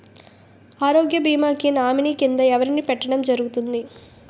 ఆరోగ్య భీమా కి నామినీ కిందా ఎవరిని పెట్టడం జరుగతుంది?